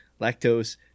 lactose